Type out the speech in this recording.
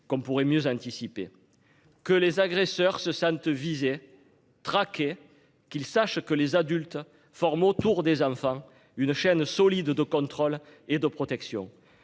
qu'on pourrait mieux anticiper. Que les agresseurs se sentent visés. Traqué, qu'ils sachent que les adultes forment autour des enfants une chaîne solide de contrôle et de protection.